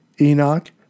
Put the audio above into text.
Enoch